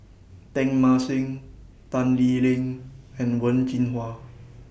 Teng Mah Seng Tan Lee Leng and Wen Jinhua